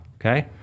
okay